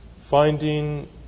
finding